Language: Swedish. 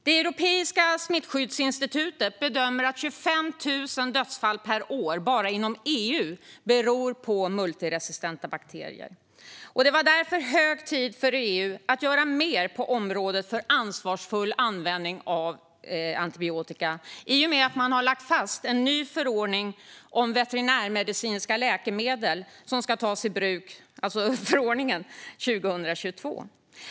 Det europeiska smittskyddsinstitutet bedömer att 25 000 dödsfall per år bara inom EU beror på multiresistenta bakterier. Det var därför hög tid för EU att göra mer på området för ansvarsfull användning av antibiotika i och med att man lagt fast en ny förordning som tas i bruk 2022 om veterinärmedicinska läkemedel.